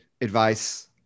advice